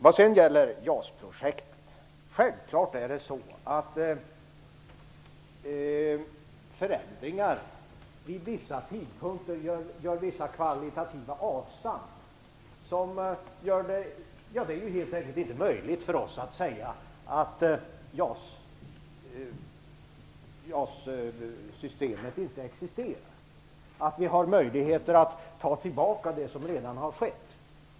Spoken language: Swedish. Vad gäller JAS-projektet är det självklart att förändringar vid vissa tidpunkter innebär så att säga kvalitativa avstamp, vilket gör det omöjligt för oss att säga att JAS-systemet inte existerar, omöjligt för oss att ta tillbaka det som redan har skett.